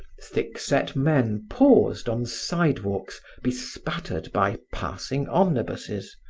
thickset men paused on sidewalks bespattered by passing omnibuses,